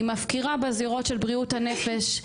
היא מפקירה בזירות של בריאות הנפש,